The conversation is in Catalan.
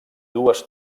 dues